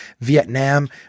Vietnam